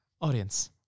Audience